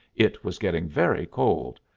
it was getting very cold.